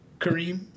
Kareem